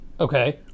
Okay